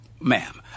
ma'am